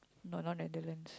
no no not Netherlands